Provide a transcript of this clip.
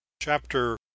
chapter